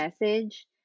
message